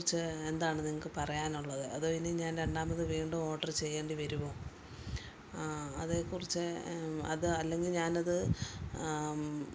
അതേക്കുറിച്ച് എന്താണ് നിങ്ങള്ക്ക് പറയാനുള്ളത് അതോ ഇനി ഞാൻ രണ്ടാമത് വീണ്ടും ഓഡർ ചെയ്യേണ്ടിവരുമോ അതേക്കുറിച്ച് അത് അല്ലെങ്കില് ഞാനത്